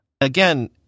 Again